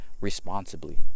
responsibly